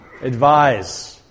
advise